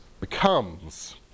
becomes